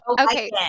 Okay